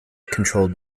controlled